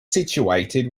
situated